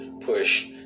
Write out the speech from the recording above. push